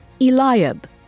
Eliab